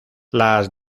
las